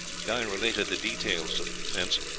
guy related the details of the defence.